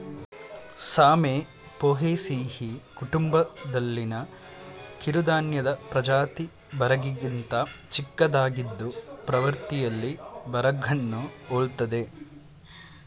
ಸಾಮೆ ಪೋಯೇಸಿಯಿ ಕುಟುಂಬದಲ್ಲಿನ ಕಿರುಧಾನ್ಯದ ಪ್ರಜಾತಿ ಬರಗಿಗಿಂತ ಚಿಕ್ಕದಾಗಿದ್ದು ಪ್ರವೃತ್ತಿಯಲ್ಲಿ ಬರಗನ್ನು ಹೋಲ್ತದೆ